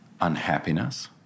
Unhappiness